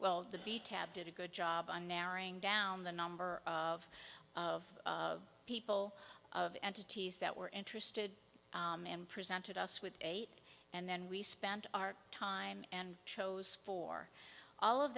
well the b tab did a good job on narrowing down the number of of of people of entities that were interested and presented us with eight and then we spent our time and chose for all of